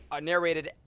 narrated